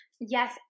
Yes